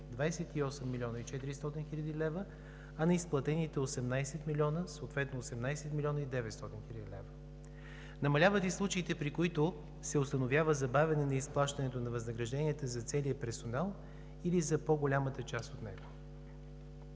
28 млн. 400 хил. лв., а на изплатените 18 милиона, съответно 18 млн. 900 хил. лв. Намаляват и случаите, при които се установява забавяне на изплащането на възнагражденията за целия персонал или за по-голямата част от него.